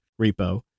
repo